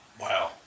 Wow